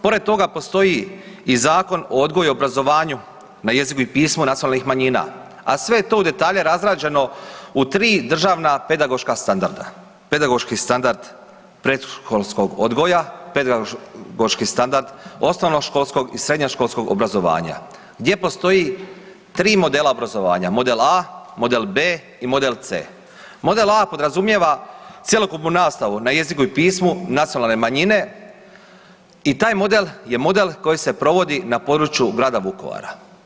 Pored toga postoji i Zakon o odgoju i obrazovanju na jeziku i pismu nacionalnih manjina, a sve je to u detalje razrađeno u 3 državna pedagoška standarda, pedagoški standard predškolskog odgoja, pedagoški standard osnovnoškolskog i srednjoškolskog obrazovanja gdje postoje 3 modela obrazovanja, model A, model B i model C. Model A podrazumijeva cjelokupnu nastavu na jeziku i pismu nacionalne manjine i taj model je model koji se provodi na području grada Vukovara.